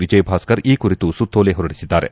ವಿಜಯಭಾಸ್ಕರ್ ಈ ಕುರಿತು ಸುತ್ತೋಲೆ ಹೊರಡಿಸಿದ್ದಾರೆ